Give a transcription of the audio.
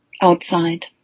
outside